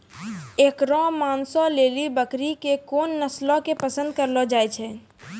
एकरो मांसो लेली बकरी के कोन नस्लो के पसंद करलो जाय छै?